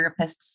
therapists